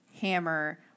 hammer